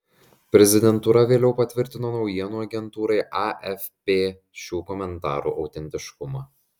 prezidentūra vėliau patvirtino naujienų agentūrai afp šių komentarų autentiškumą